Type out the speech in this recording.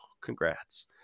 Congrats